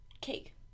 Cake